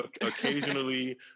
occasionally